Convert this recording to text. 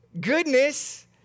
Goodness